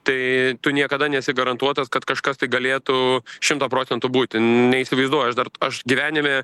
tai tu niekada nesi garantuotas kad kažkas tai galėtų šimtą procentų būti neįsivaizduoju aš dar aš gyvenime